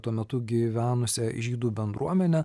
tuo metu gyvenusią žydų bendruomenę